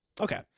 Okay